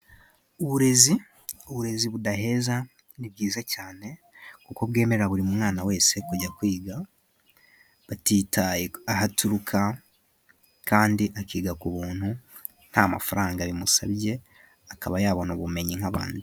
Uburezi budaheza ni bwiza cyane kuko bwemera buri mwana wese kujya kwiga butitaye aho aturuka. Kandi akiga ku buntu nta mafaranga bimusabye akaba yabona ubumenyi nk'abandi.